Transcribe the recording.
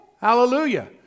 Hallelujah